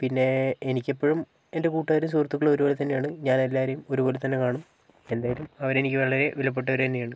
പിന്നേ എനിക്കെപ്പോഴും എൻ്റെ കൂട്ടുകാരും സുഹൃത്തുക്കളും ഒരുപോലെത്തന്നെയാണ് ഞാനെല്ലാവരെയും ഒരുപോലെത്തന്നെ കാണും എന്തായാലും അവരെനിക്ക് വളരേ വിലപ്പെട്ടവര് തന്നെയാണ്